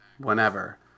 Whenever